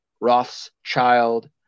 Rothschild